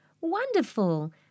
Wonderful